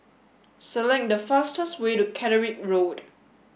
select the fastest way to Catterick Road